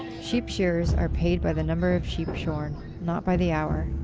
sheep shearers are paid by the number of sheep shorn, not by the hour,